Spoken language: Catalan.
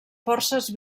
forces